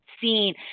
seen